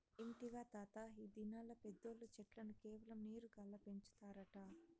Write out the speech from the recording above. ఇంటివా తాతా, ఈ దినాల్ల పెద్దోల్లు చెట్లను కేవలం నీరు గాల్ల పెంచుతారట